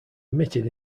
emitted